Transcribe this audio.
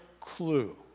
clue